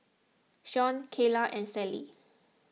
Shon Kaela and Sallie